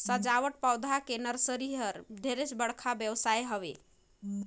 सजावटी पउधा के नरसरी ह ढेरे बड़का बेवसाय हवे